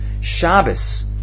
Shabbos